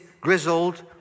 grizzled